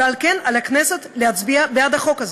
ועל כן על הכנסת להצביע בעד החוק.